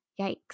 Yikes